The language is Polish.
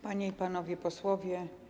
Panie i Panowie Posłowie!